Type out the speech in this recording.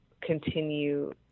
continue